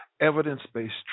evidence-based